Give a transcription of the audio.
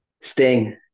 Sting